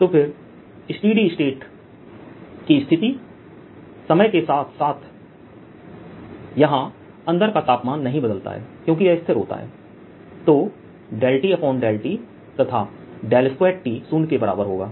तो फिर steady state की स्थिति समय के समय के साथ यहां अंदर का तापमान नहीं बदलता है क्योंकि यह स्थिर होता है तो ∂T∂tतथा 2T शून्य के बराबर होगा